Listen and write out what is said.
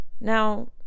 Now